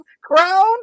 crown